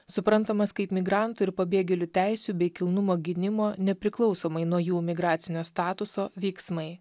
suprantamas kaip migrantų ir pabėgėlių teisių bei kilnumo gynimo nepriklausomai nuo jų migracinio statuso veiksmai